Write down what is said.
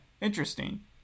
Interesting